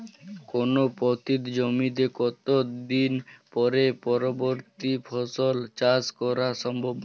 কোনো পতিত জমিতে কত দিন পরে পরবর্তী ফসল চাষ করা সম্ভব?